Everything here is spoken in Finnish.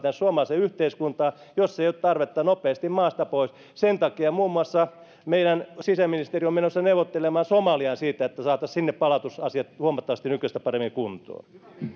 tähän suomalaiseen yhteiskuntaan jos ei ole tarvetta nopeasti maasta pois sen takia muun muassa meidän sisäministeriö on menossa neuvottelemaan somaliaan siitä että saataisiin sinne palautuksen asiat huomattavasti nykyistä paremmin kuntoon